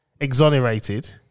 exonerated